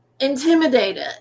Intimidated